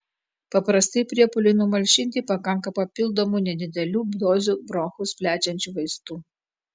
paprastai priepuoliui numalšinti pakanka papildomų nedidelių dozių bronchus plečiančių vaistų